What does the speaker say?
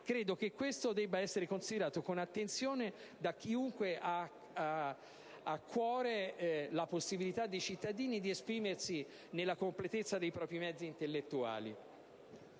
Credo che questo debba essere considerato con attenzione da chiunque abbia a cuore la possibilità dei cittadini di esprimersi nella completezza dei propri mezzi intellettuali.